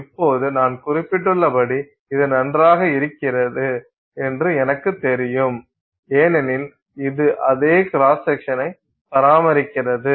இப்போது நான் குறிப்பிட்டுள்ளபடி இது நன்றாக இருக்கிறது என்று எனக்குத் தெரியும் ஏனெனில் இது அதே கிராஸ் செக்ஷன்னை பராமரிக்கிறது